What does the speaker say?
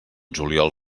juliol